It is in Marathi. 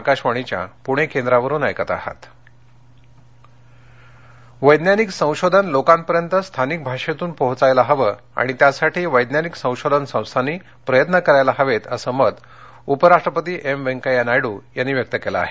नायड् वैज्ञानिक संशोधन लोकांपर्यंत स्थानिक भाषेतून पोहोचायला हवं आणि त्यासाठी वैज्ञानिक संशोधन संस्थांनी प्रयत्न करायला हवेत असं मत उपराष्ट्रपती एम व्यंकय्या नायडू यांनी व्यक्त केलं आहे